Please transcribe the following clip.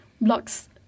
blocks